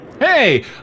Hey